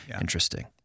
interesting